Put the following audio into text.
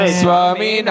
swami